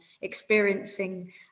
experiencing